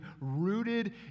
rooted